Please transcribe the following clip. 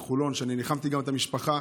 שאני גם ניחמתי את המשפחה,